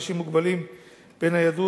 אנשים מוגבלים בניידות,